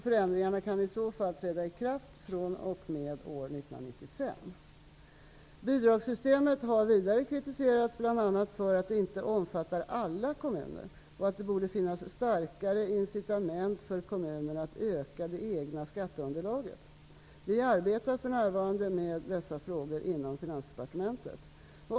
Förändringarna kan i så fall träda i kraft fr.o.m. år Bidragssystemet har vidare kritiserats bl.a. för att det inte omfattar alla kommuner och att det borde finnas starkare incitament för kommunerna att öka det egna skatteunderlaget. Vi arbetar för närvarande med dessa frågor inom Finansdepartementet.